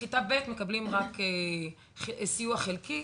בכיתה ב' מקבלים רק סיוע חלקי.